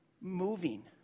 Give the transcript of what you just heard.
moving